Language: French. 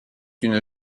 une